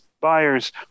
buyers